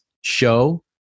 show